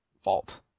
fault